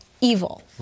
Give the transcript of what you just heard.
evil